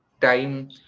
time